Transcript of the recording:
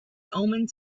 omens